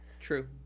True